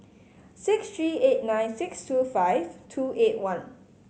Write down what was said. six three eight nine six two five two eight one